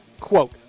quote